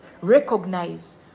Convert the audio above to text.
recognize